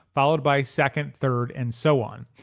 followed by second, third and so on.